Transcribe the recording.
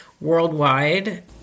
worldwide